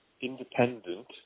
independent